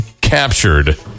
captured